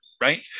right